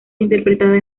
interpretada